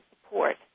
support